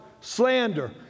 slander